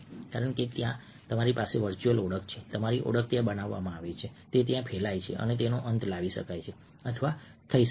કારણ કે ત્યાં તમારી પાસે વર્ચ્યુઅલ ઓળખ છે તમારી ઓળખ ત્યાં બનાવવામાં આવે છે તે ત્યાં ફેલાય છે અને તેનો અંત લાવી શકાય છે અથવા થઈ શકે છે